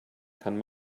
kann